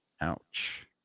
Ouch